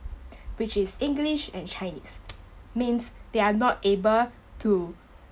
which is english and chinese means they are not able to